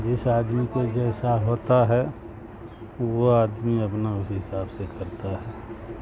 جس آدمی کے جیسا ہوتا ہے وہ آدمی اپنا اس حساب سے کرتا ہے